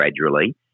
gradually